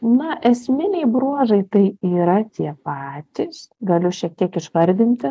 na esminiai bruožai tai yra tie patys galiu šiek tiek išvardinti